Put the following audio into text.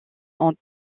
ont